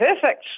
perfect